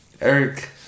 Eric